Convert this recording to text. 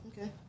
okay